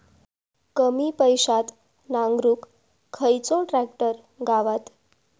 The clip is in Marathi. कमी पैशात नांगरुक खयचो ट्रॅक्टर गावात?